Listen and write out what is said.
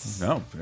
No